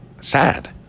sad